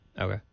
Okay